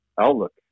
outlook